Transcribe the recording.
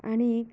आनीक